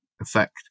effect